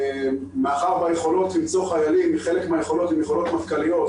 מאחר שהיכולות למצוא חיילים בחלק מהמקרים הן יכולות מטכ"ליות,